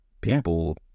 people